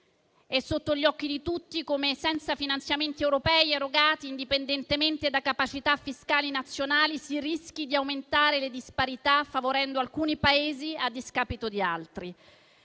È sotto gli occhi di tutti come, senza finanziamenti europei erogati indipendentemente da capacità fiscali nazionali, si rischi di aumentare le disparità, favorendo alcuni Paesi a discapito di altri.